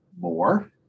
more